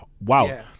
wow